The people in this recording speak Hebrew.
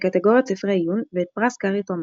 בקטגוריית ספרי עיון ואת פרס קארי תומאס.